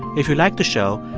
if you liked the show,